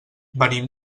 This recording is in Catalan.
venim